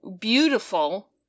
beautiful